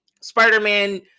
Spider-Man